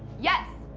yes!